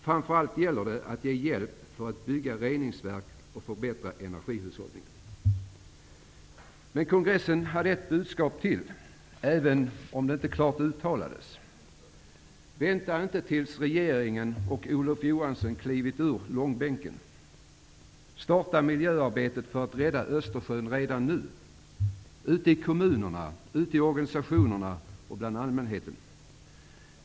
Framför allt gäller det att ge hjälp för att bygga reningsverk och förbättra energihushållningen. Men kongressen hade ett budskap till, även om det inte klart uttalades: Vänta inte tills regeringen och Olof Johansson klivit ur långbänken. Starta miljöarbetet för att rädda Östersjön redan nu -- ute i kommunerna, i organisationerna och bland allmänheten.